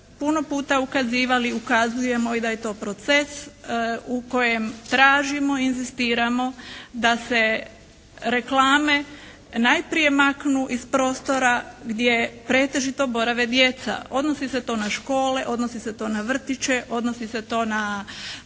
i ukazujemo i da je to proces u kojem tražimo i inzistiramo da se reklame najprije maknu iz prostora gdje pretežito borave djeca. Odnosi se to na škole, odnosi se to na vrtiće, odnosi se to na